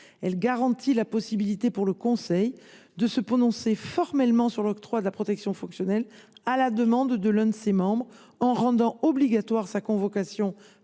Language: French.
Elle garantit la possibilité pour le conseil de se prononcer formellement sur l’octroi de la protection fonctionnelle à la demande de l’un de ses membres, en rendant obligatoire sa convocation